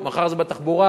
מחר זה בתחבורה,